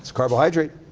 carbohydrate.